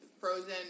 frozen